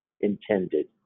intended